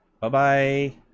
Bye-bye